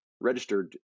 registered